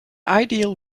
ideal